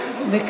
מה עם השר?